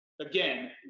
again